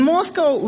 Moscow